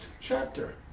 chapter